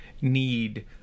need